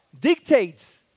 dictates